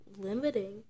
limiting